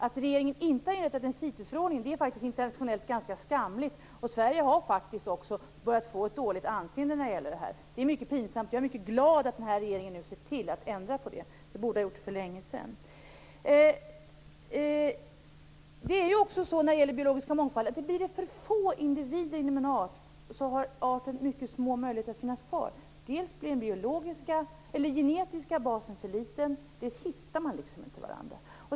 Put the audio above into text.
Att regeringen inte har inrättat en CITES-förordning är faktiskt ganska skamligt internationellt sett. Sverige har faktiskt också börjat få ett dåligt anseende när det gäller de här frågorna. Det är mycket pinsamt. Jag är mycket glad över att den här regeringen nu ser till att ändra på det. Det borde man ha gjort för länge sedan. När det gäller biologisk mångfald är det så att om det blir för få individer inom en art har arten mycket små möjligheter att finnas kvar. Dels blir den genetiska basen för liten, dels hittar man inte varandra.